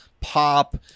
pop